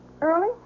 Early